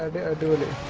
the ability